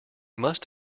must